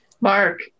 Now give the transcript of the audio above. Mark